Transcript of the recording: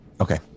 Okay